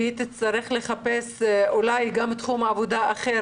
היא תצטרך לחפש אולי גם תחום עבודה אחר